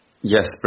yes